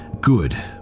good